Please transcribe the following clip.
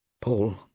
Paul